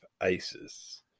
Isis